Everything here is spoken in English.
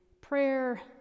prayer